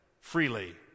freely